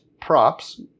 props